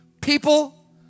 People